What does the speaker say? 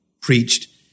preached